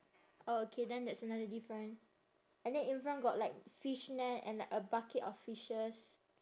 oh okay then that's another different and then in front got like fish net and like a bucket of fishes